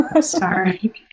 Sorry